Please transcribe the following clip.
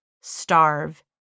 starve